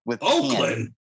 Oakland